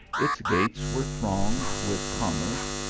its gates were thronged with commerce,